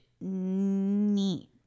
Neat